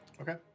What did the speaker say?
Okay